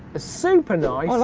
ah super nice?